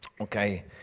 Okay